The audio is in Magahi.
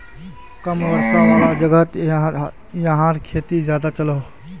कम वर्षा वाला जोगोहोत याहार खेती ज्यादा चलोहो